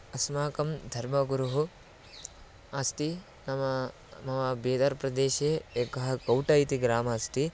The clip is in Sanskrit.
अस्माकं धर्मगुरुः अस्ति नाम मम बीदर् प्रदेशे एकः कौट इति ग्रामः अस्ति